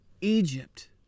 Egypt